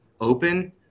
open